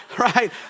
right